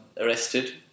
arrested